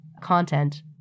content